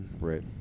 Right